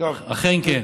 אכן כן.